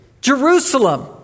jerusalem